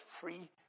free